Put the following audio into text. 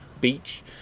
beach